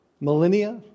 millennia